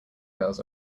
girls